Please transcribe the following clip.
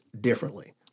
differently